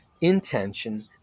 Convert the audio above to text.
intention